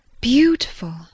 beautiful